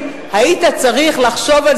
שקודם אתה תקפת את